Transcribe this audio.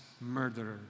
murderer